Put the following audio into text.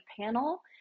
panel